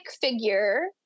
figure